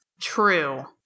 True